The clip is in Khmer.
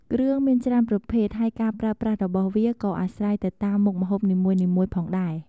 គ្រឿងមានច្រើនប្រភេទ ហើយការប្រើប្រាស់របស់វាក៏អាស្រ័យទៅតាមមុខម្ហូបនីមួយៗផងដែរ។